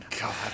God